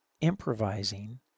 improvising